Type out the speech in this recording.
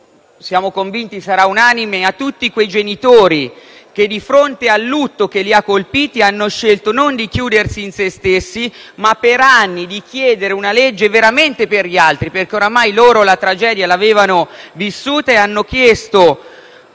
siamo convinti sarà un anime - a tutti quei genitori che, di fronte al lutto che li ha colpiti, hanno scelto non di chiudersi in se stessi, ma di chiedere per anni una legge per gli altri, perché oramai la tragedia l'avevano vissuta; e hanno chiesto